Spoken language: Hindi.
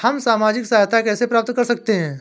हम सामाजिक सहायता कैसे प्राप्त कर सकते हैं?